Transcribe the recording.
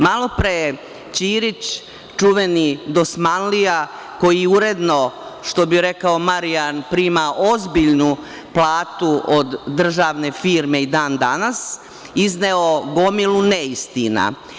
Malopre je Ćirić, čuveni dosmanlija, koji uredno, što bi rekao Marijan, prima ozbiljnu platu od državne firme i dan danas, izneo gomilu neistina.